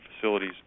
facilities